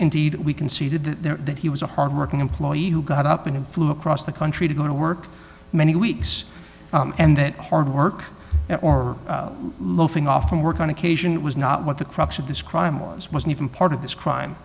indeed we conceded that that he was a hard working employee who got up and flew across the country to go to work many weeks and that hard work or loafing off from work on occasion was not what the crux of this crime was wasn't even part of this crime